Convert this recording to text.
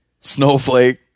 Snowflake